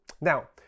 Now